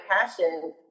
passion